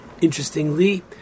Interestingly